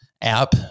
app